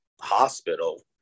hospital